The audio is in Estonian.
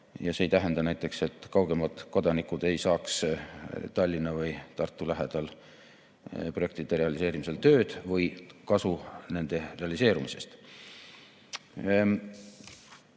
ära. See ei tähenda näiteks, et kaugemad kodanikud ei saaks Tallinna või Tartu lähedal projektide realiseerumise korral tööd või kasu nende realiseerumisest.